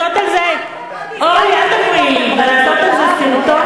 מה יאיר לפיד, ולעשות על זה,